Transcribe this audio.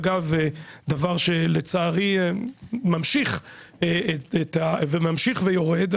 אגב דבר שלצערי ממשיך וממשיך ויורד,